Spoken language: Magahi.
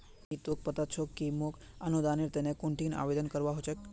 की तोक पता छोक कि मोक अनुदानेर तने कुंठिन आवेदन करवा हो छेक